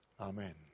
Amen